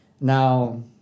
Now